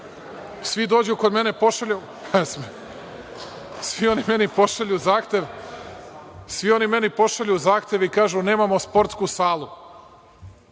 Svi dođu kod mene, svi oni meni pošalju zahtev i kažu nemamo sportsku salu.